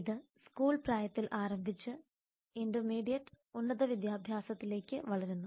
ഇത് സ്കൂൾ പ്രായത്തിൽ ആരംഭിച്ച് ഇന്റർമീഡിയറ്റ് ഉന്നത വിദ്യാഭ്യാസത്തിലേക്ക് വളരുന്നു